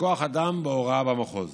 וכוח אדם בהוראה במחוז.